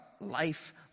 life